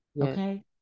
okay